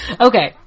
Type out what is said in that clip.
Okay